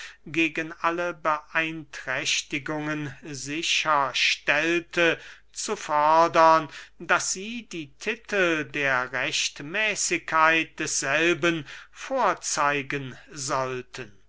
gegen alle beeinträchtigungen sicher stellte zu fordern daß sie die titel der rechtmäßigkeit desselben vorzeigen sollten